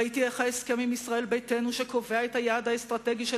ראיתי איך ההסכם עם ישראל ביתנו שקובע את היעד האסטרטגי של